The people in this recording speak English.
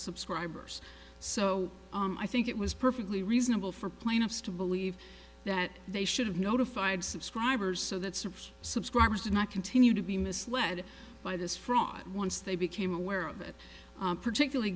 subscribers so i think it was perfectly reasonable for plaintiffs to believe that they should have notified subscribers so that supes subscribers did not continue to be misled by this fraud once they became aware of it particularly